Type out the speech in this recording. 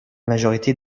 majorité